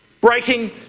breaking